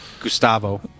Gustavo